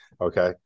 okay